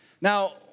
Now